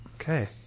Okay